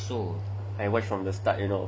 I watched from the start you know